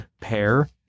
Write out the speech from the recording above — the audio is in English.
pair